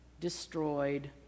destroyed